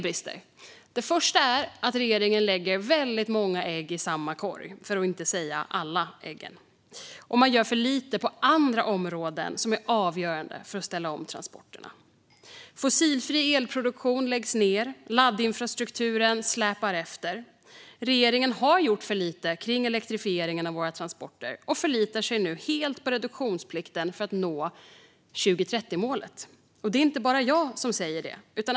För det första lägger regeringen väldigt många ägg i samma kort, för att inte säga alla ägg i samma korg, och man gör för lite på andra områden som är avgörande för att ställa om transporterna. Fossilfri elproduktion läggs ned, och laddinfrastrukturen släpar efter. Regeringen har gjort för lite kring elektrifieringen av våra transporter och förlitar sig nu helt på reduktionsplikten för att nå 2030-målet. Det är inte bara jag som säger det.